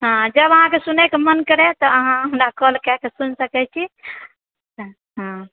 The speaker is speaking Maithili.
हँ जब अहाँकेँ सुनए कऽ मन करए तऽ अहाँ हमरा काल कएके सुनि सकैत छी हँ